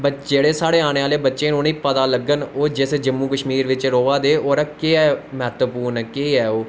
जेह्ड़े साढ़े आने आह्ले बच्चे न उनेंगी पता लग्गन ओह् जिस जम्मू कश्मीर बिच्च रवा दे ओह्दा केह् महत्वपूर्ण ऐ केह् ऐ ओह्